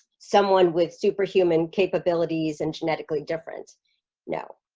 someone with superhuman capabilities and genetically difference no,